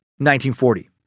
1940